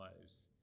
lives